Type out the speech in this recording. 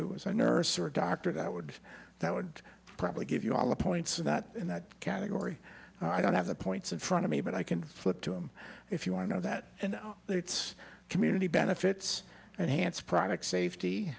is i nurse or doctor that would that would probably give you all the points not in that category i don't have the points in front of me but i can flip to him if you want to know that and it's community benefits and hance product safety